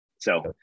So-